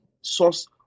source